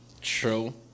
True